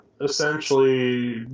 essentially